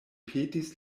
petis